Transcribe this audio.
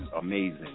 amazing